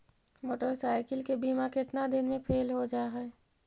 Motorcycle के बिमा केतना दिन मे फेल हो जा है?